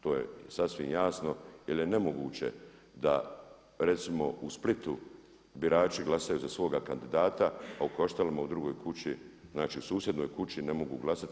To je sasvim jasno, jer je nemoguće da recimo u Splitu biraču glasaju za svoga kandidata a u Kaštelima u drugoj kući, znači u susjednoj kući ne mogu glasati.